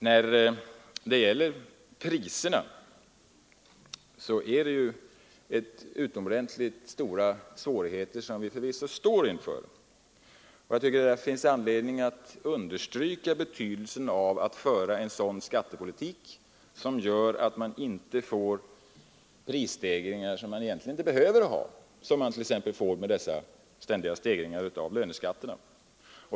När det gäller priserna står vi förvisso inför utomordentligt stora svårigheter. Jag tycker att det finns anledning att understryka betydelsen av att föra en sådan skattepolitik som gör att man inte får prisstegringar som man egentligen inte behöver ha, t.ex. sådana som man får med dessa ständiga stegringar av löneskatterna.